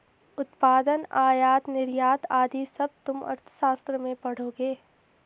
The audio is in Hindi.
उत्पादन, आयात निर्यात आदि सब तुम अर्थशास्त्र में पढ़ोगे